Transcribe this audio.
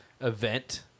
event